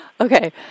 Okay